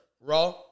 Raw